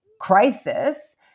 crisis